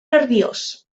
nerviós